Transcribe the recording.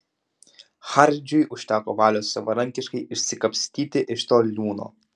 hardžiui užteko valios savarankiškai išsikapstyti iš to liūno